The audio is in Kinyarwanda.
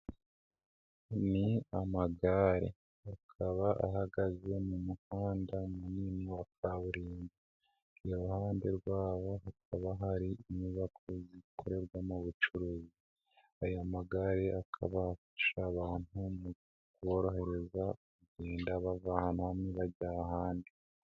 Ni amagare akaba ahagaze mu muhanda munini wa kaburimbo, iruhande rwawo hakaba hari inyubako zikorerwamo ubucuruzi. Aya magare akabafasha abantu mu korohereza kugenda bava bajya ahandi.